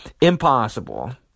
impossible